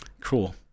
Cool